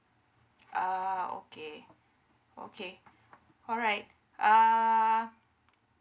ah okay okay alright uh